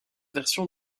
version